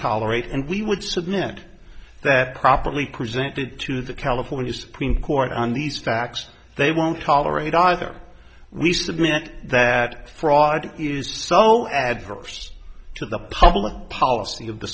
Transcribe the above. tolerate and we would submit that properly presented to the california supreme court on these facts they won't tolerate either we submit that fraud is so adverse to the public policy of the